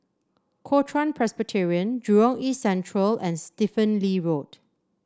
Kuo Chuan Presbyterian Jurong East Central and Stephen Lee Road